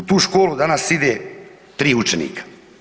U tu školu danas ide 3 učenika.